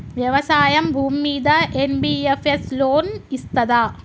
వ్యవసాయం భూమ్మీద NBFS loan ఇస్తదా?